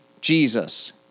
Jesus